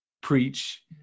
Preach